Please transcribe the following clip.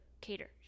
cater